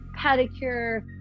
pedicure